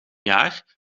jaar